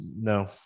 No